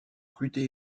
fruités